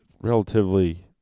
relatively